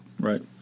right